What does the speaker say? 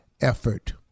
effort